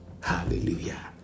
Hallelujah